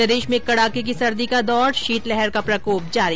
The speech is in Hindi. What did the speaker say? प्रदेश में कड़ाके की सर्दी का दौर शीतलहर का प्रकोप जारी